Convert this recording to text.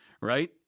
right